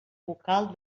vocal